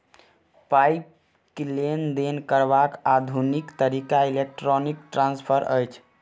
पाइक लेन देन करबाक आधुनिक तरीका इलेक्ट्रौनिक ट्रांस्फर अछि